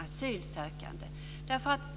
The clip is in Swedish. asylsökandes rätt.